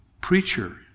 preacher